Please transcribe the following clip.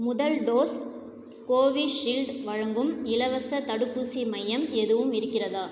முதல் dose Covishield வழங்கும் இலவசத் தடுப்பூசி மையம் எதுவும் இருக்கிறதா